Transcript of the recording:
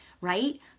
right